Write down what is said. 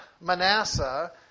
Manasseh